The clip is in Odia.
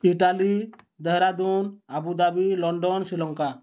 Italy Dehradun Abu Dhabi London Sri Lanka